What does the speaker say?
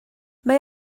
mae